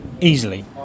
easily